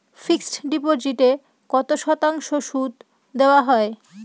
Fixed ডিপোজিটে কত শতাংশ সুদ দেওয়া হয়?